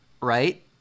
right